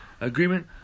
Agreement